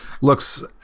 looks